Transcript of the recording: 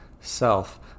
self